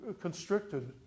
constricted